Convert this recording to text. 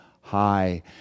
high